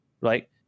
Right